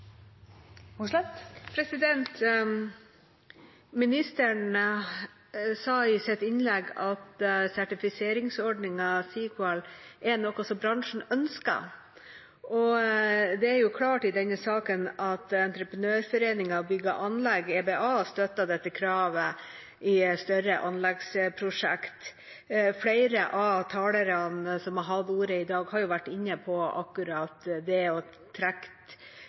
noe som bransjen ønsker, og det er jo klart i denne saken at Entreprenørforeningen – Bygg og Anlegg, EBA, støtter dette kravet i større anleggsprosjekt. Flere av talerne som har hatt ordet i dag, har jo vært inne på akkurat det og